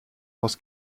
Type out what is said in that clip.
aus